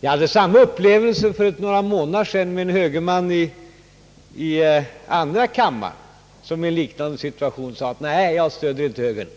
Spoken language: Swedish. Jag hade samma upplevelse för några månader sedan i andra kammaren, då en högerman i liknande situation sade: »Nej, jag stöder inte högern.»